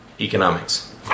economics